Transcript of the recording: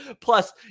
Plus